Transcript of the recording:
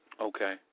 Okay